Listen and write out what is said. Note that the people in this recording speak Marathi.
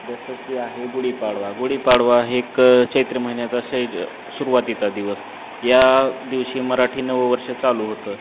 जसं की आहे गुढीपाडवा गुढीपाडवा हे एक चैत्र महिन्याचा शै सुरुवातीचा दिवस या दिवशी मराठी नववर्ष चालू होतं